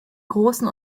großen